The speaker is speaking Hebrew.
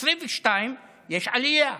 ב-2022 יש עלייה: